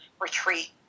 retreat